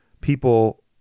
people